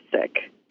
sick